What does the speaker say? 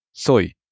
Soy